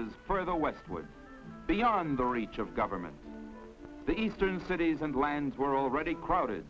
settlers further westward beyond the reach of government the eastern cities and lands were already crowded